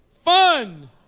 Fun